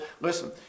Listen